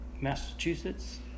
Massachusetts